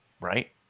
right